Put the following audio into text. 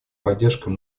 поддержкой